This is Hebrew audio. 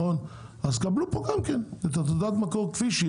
לכן תקבלו גם כאן את תעודת המקור כפי שהיא